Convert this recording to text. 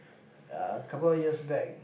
uh couple of years back